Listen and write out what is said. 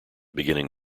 beginning